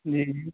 جی جی